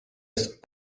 ist